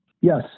Yes